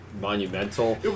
monumental